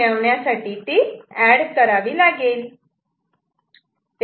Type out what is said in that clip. मिळविण्यासाठी एड करावी लागेल